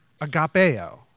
agapeo